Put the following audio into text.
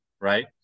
right